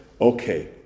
okay